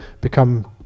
become